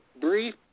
brief